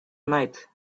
night